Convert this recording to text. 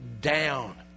down